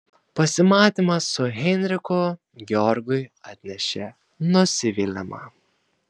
pasimatymas su heinrichu georgui atnešė nusivylimą